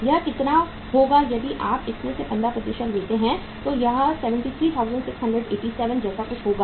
यह कितना होगा यदि आप इसमें से 15 लेते हैं यह 73687 जैसा कुछ होगा